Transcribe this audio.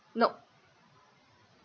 nope